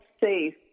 safe